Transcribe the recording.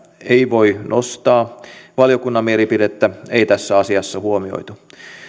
ei voi nostaa valiokunnan mielipidettä ei tässä asiassa huomioitu